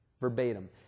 verbatim